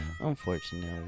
unfortunately